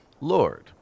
Lord